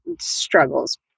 struggles